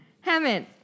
Hammond